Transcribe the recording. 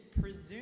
presume